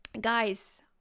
guys